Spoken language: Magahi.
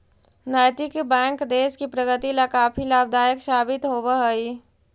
नैतिक बैंक देश की प्रगति ला काफी लाभदायक साबित होवअ हई